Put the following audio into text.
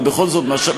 אבל בכל זאת,